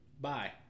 bye